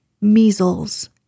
Measles